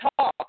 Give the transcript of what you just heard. talk